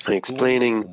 explaining